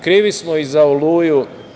Krivi smo i za „Oluju“